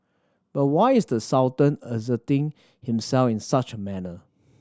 but why is the Sultan asserting himself in such a manner